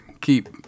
keep